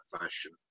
fashion